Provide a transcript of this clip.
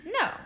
No